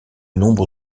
nombre